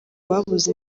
babuze